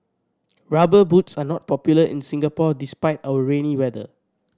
Rubber Boots are not popular in Singapore despite our rainy weather